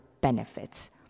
benefits